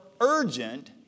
urgent